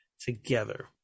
Together